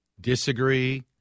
disagree